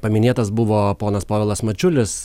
paminėtas buvo ponas povilas mačiulis